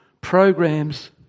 programs